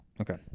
Okay